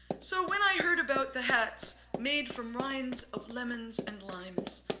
so when i heard about the hats made from rinds of lemons and limes,